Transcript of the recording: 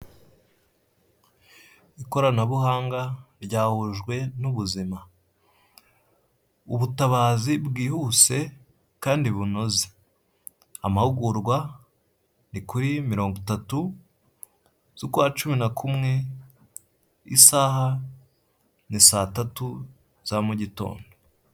Ikoranabuhanga ryahujwe n'ubuzima ubutabazi bwihuse kandi bunoze amahugurwa ni kuri mirongo itatu z'ukwa cumi na kumwe isaha ni saa tatu za mugitondo.